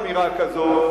אמירה כזאת.